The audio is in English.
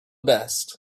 best